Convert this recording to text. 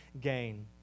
gain